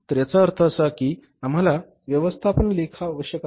तर याचा अर्थ असा की आम्हाला व्यवस्थापन लेखा आवश्यक आहेत